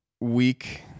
week